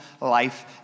life